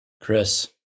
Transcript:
Chris